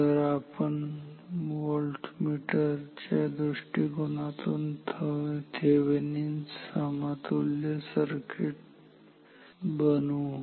तर आपण व्होल्टमीटर च्या दृष्टिकोनातून थेवेनिन समतुल्य सर्किट Thevenin's equivalent circuit बनवू